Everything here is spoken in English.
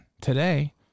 today